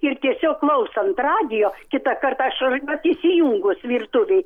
ir tiesiog klausant radijo kitą kartą aš vat įsijungus virtuvėj